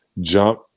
jump